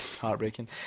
Heartbreaking